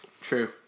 True